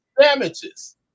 Damages